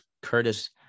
Curtis